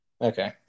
Okay